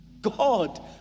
God